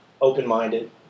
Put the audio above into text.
open-minded